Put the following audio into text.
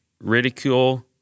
ridicule